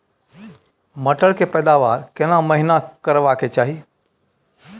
मटर के पैदावार केना महिना करबा के चाही?